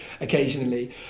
occasionally